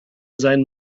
sein